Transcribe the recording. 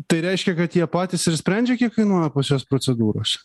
tai reiškia kad jie patys ir sprendžia kiek kainuoja pas juos procedūros